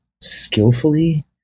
skillfully